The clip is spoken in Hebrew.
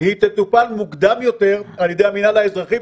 תטופל מוקדם יותר על ידי המינהל האזרחי,